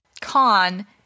con